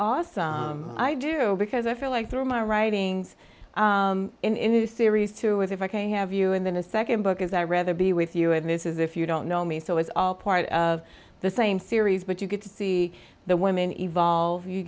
awesome i do because i feel like through my writings in this series too as if i can have you and then a second book is i rather be with you and this is if you don't know me so it's all part of the same series but you get to see the women evolve you